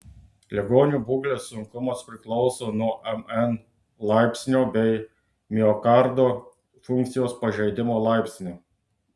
ligonių būklės sunkumas priklauso nuo mn laipsnio bei miokardo funkcijos pažeidimo laipsnio